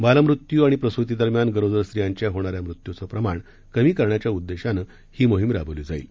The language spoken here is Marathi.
बालमृत्यू आणि प्रसूती दरम्यान गरोदर स्त्रियांच्या होणाऱ्या मृत्यूंचं प्रमाण कमी करण्याच्या उद्देशानं ही मोहीम राबवली जाईल